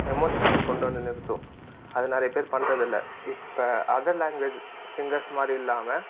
எமோஷனை வந்து கொண்டு வந்து நிறுத்தும் அதை நிறையப் பேர் பண்ணுறது இல்லை இப்போ அதர் லாங்குவேஜ் சிங்கர்ஸ் மாதிரி இல்லாமல்